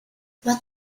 what